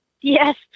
Yes